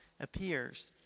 appears